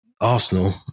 Arsenal